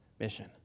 mission